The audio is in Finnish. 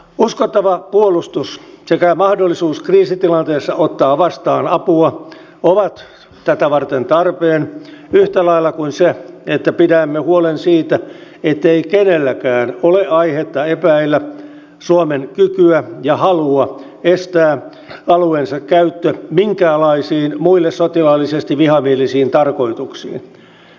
uskottava puolustus sekä mahdollisuus kriisitilanteessa ottaa vastaan apua ovat tätä varten tarpeen yhtä lailla kuin se että pidämme huolen siitä ettei kenelläkään ole aihetta epäillä suomen kykyä ja halua estää alueensa käyttö minkäänlaisiin muille sotilaallisesti vihamielisiin tarkoituksiin